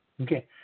Okay